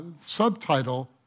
subtitle